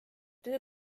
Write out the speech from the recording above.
töö